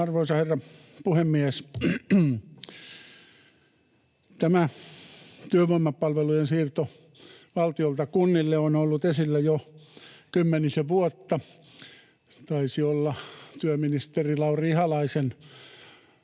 Arvoisa herra puhemies! Tämä työvoimapalvelujen siirto valtiolta kunnille on ollut esillä jo kymmenisen vuotta — taisi olla työministeri Lauri Ihalaisen